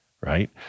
right